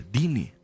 Dini